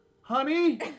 honey